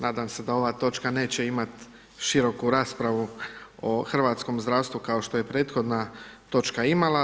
Nadam se da ova točka neće imati široku raspravu o hrvatskom zdravstvu kao što je prethodna točka imala.